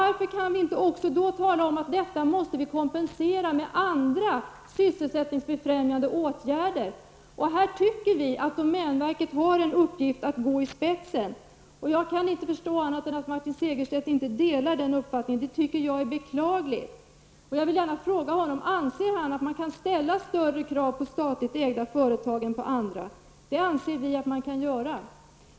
Varför kan vi inte också då tala om att detta måste vi kompensera med andra sysselsättningsbefrämjande åtgärder? Här tycker vi att domänverket har en uppgift att gå i spetsen. Jag kan inte förstå annat än att Martin Segerstedt inte delar den uppfattningen, och det tycker jag är beklagligt. Jag vill gärna fråga: Anser Martin Segerstedt att man skall ställa större krav på statligt ägda företag än på andra? Det anser vi att man skall göra.